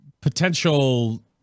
potential